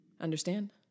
Understand